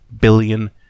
billion